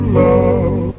love